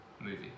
movie